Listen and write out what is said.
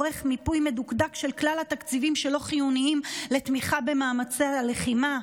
"עורך מיפוי מדוקדק של כלל התקציבים שלא חיוניים לתמיכה במאמצי הלחימה,